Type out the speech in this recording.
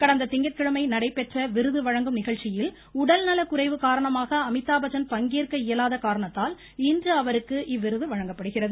கடந்த திங்கட்கிழமை நடைபெற்ற விருது வழங்கும் நிகழ்ச்சியில் உடல் நல குறைவு காரணமாக அமிதாப் பச்சன் பங்கேற்க இயலாத காரணத்தால் இன்று அவருக்கு இவ்விருது வழங்கப்படுகிறது